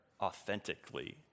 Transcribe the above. authentically